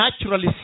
naturally